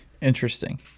Interesting